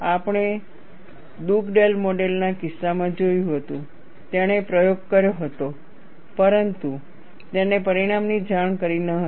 આપણે દુગડેલ મોડેલના કિસ્સામાં જોયું હતું તેણે પ્રયોગ કર્યો હતો પરંતુ તેણે પરિણામની જાણ કરી ન હતી